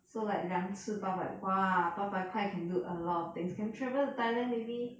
so like 两次八百 !wah! 八百块 can do a lot of things can travel to thailand already